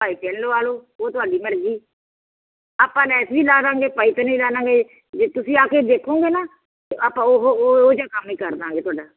ਭਾਵੇਂ ਤਿੰਨ ਲਵਾ ਲਓ ਉਹ ਤੁਹਾਡੀ ਮਰਜ਼ੀ ਆਪਾਂ ਲੈਸ ਵੀ ਲਾ ਦੇਵਾਂਗੇ ਪਾਈਪਿੰਗ ਵੀ ਲਾ ਦੇਵਾਂਗੇ ਜੇ ਤੁਸੀਂ ਆ ਕੇ ਦੇਖੋਗੇ ਨਾ ਆਪਾਂ ਉਹ ਉਹ ਜਿਹਾ ਕੰਮ ਹੀ ਕਰ ਦੇਵਾਂਗੇ ਤੁਹਾਡਾ